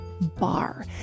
bar